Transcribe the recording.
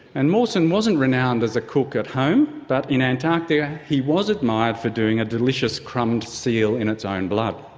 and mawson wasn't renowned as a cook at home, but in antarctica he was admired for doing a delicious crumbed seal in its own own blood.